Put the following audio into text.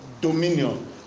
dominion